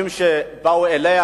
האנשים שבאו אליה,